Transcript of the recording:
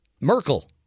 Merkel